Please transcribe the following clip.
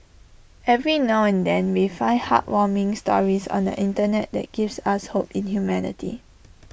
every now and then we find heartwarming stories on the Internet that gives us hope in humanity